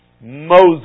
Moses